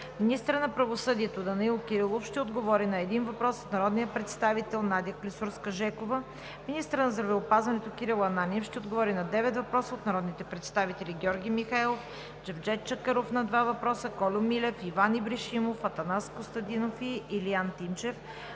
Министърът на правосъдието Данаил Кирилов ще отговори на един въпрос от народния представител Надя Клисурска-Жекова; 4. Министър на здравеопазването Кирил Ананиев ще отговори на девет въпроса от народните представители Георги Михайлов, Джевдет Чакъров – два въпроса, Кольо Милев, Иван Ибришимов, Атанас Костадинов и Илиян Тимчев;